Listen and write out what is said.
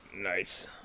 Nice